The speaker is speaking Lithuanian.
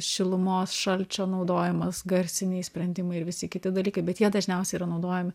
šilumos šalčio naudojimas garsiniai sprendimai ir visi kiti dalykai bet jie dažniausiai yra naudojami